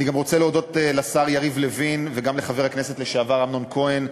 אני גם רוצה להודות לשר יריב לוין וגם לחבר הכנסת לשעבר אמנון כהן,